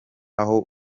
aho